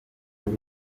bw’u